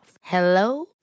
Hello